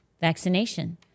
vaccination